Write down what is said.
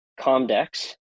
Comdex